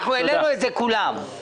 העלינו את זה כולנו.